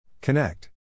Connect